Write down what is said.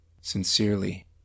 Sincerely